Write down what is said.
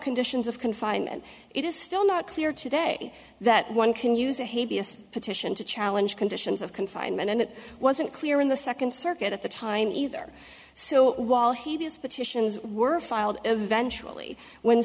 conditions of confinement it is still not clear today that one can use a petition to challenge conditions of confinement and it wasn't clear in the second circuit at the time either so while he was petitions were filed eventually when